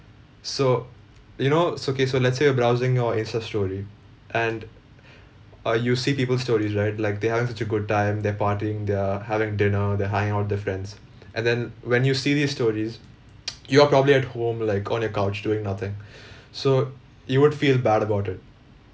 so you know so okay so let's say you're browsing your insta story and uh you see people's stories right like they're having such a good time they're partying they're having dinner they're hanging out with their friends and then when you see these stories you're probably at home like on your couch doing nothing so you would feel bad about it